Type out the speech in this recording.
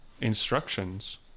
instructions